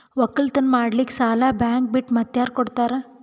ಒಕ್ಕಲತನ ಮಾಡಲಿಕ್ಕಿ ಸಾಲಾ ಬ್ಯಾಂಕ ಬಿಟ್ಟ ಮಾತ್ಯಾರ ಕೊಡತಾರ?